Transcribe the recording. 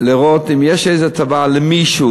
לראות אם יש איזה הטבה למישהו,